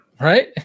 Right